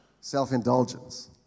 Self-indulgence